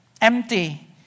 Empty